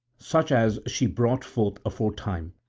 such as she brought forth aforetime,